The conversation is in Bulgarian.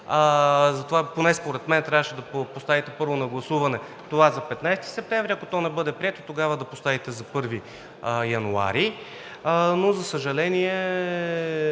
Затова, поне според мен, трябваше да поставите първо на гласуване това за 15 септември, ако то не бъде прието, тогава да поставите за 1 януари, но за съжаление,